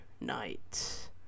night